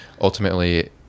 ultimately